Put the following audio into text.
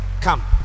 come